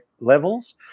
levels